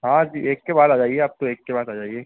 हाँ जी एक के बाद आ जाइए आप तो एक के बाद आ जाइए